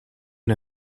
and